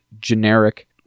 generic